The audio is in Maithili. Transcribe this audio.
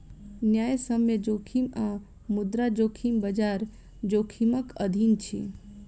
न्यायसम्य जोखिम आ मुद्रा जोखिम, बजार जोखिमक अधीन अछि